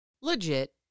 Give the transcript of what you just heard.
Legit